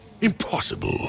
Impossible